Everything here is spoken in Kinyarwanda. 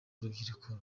urubyiruko